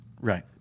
Right